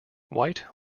white